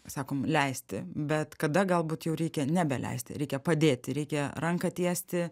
sakom leisti bet kada galbūt jau reikia nebeleisti reikia padėti reikia ranką tiesti